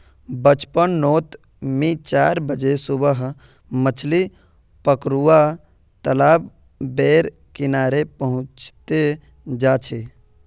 बचपन नोत मि चार बजे सुबह मछली पकरुवा तालाब बेर किनारे पहुचे जा छी